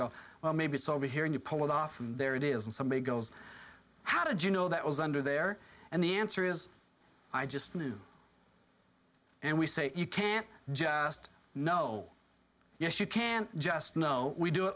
go maybe it's over here and you pull it off and there it is and somebody goes how did you know that was under there and the answer is i just knew and we say you can't just know yes you can just know we do it